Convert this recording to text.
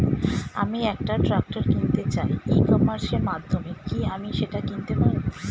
আমি একটা ট্রাক্টর কিনতে চাই ই কমার্সের মাধ্যমে কি আমি সেটা কিনতে পারব?